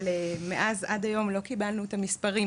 אבל מאז ועד היום לא קיבלנו את המספרים,